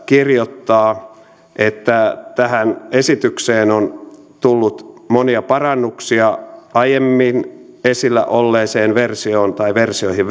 kirjoittaa että tähän esitykseen on tullut monia parannuksia aiemmin esillä olleisiin versioihin